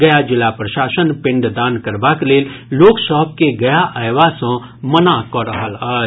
गया जिला प्रशासन पिंडदान करबाक लेल लोक सभ के गया अयबा सँ मना कऽ रहल अछि